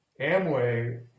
Amway